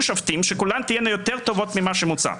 שופטים שכולן תהיינה יותר טובות ממה שמוצע.